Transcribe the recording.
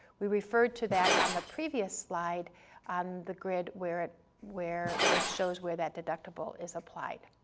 we referred to that on the previous slide on the grid where it where it shows where that deductible is applied.